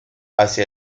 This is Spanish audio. hacia